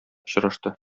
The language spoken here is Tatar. очрашты